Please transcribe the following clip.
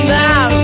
now